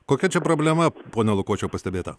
kokia čia problema pone lukočiaus pastebėta